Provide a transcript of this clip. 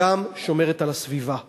וגם שומרת על הסביבה.